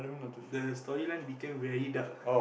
the storyline became very dark